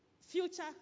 Future